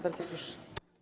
Bardzo proszę.